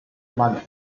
money